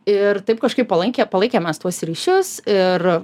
ir taip kažkaip palankė palaikėm mes tuos ryšius ir